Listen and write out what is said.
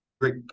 great